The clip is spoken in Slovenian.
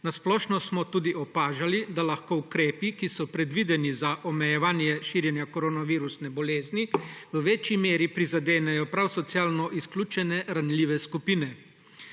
Na splošno smo tudi opažali, da lahko ukrepi, ki so predvideni za omejevanje širjenja koronavirusne bolezni, v večji meri prizadenejo prav socialno izključene ranljive skupine.«